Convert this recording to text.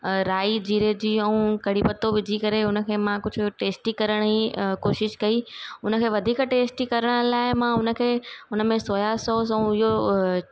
अ राई जीरे जी ऐं कढ़ी पतो विझी करे उनखे मां कुझु टेस्टी करण जी अ कोशिशि कई उनखे वधीक टेस्टी करणु लाइ मां उनखे हुनमें सोया सॉस ऐं इहो अ